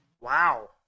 Wow